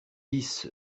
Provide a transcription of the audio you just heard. bis